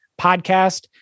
podcast